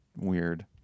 weird